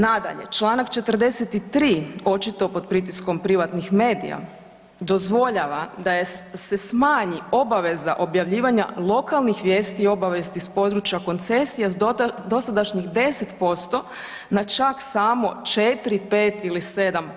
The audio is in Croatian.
Nadalje, članak 43. očito pod pritiskom privatnih medija dozvoljava da se smanji obaveza objavljivanja lokalnih vijesti i obavijesti iz područja koncesije uz dosadašnjih 10% na čak samo 4, 5 ili 7%